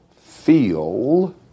feel